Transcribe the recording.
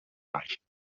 reichen